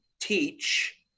teach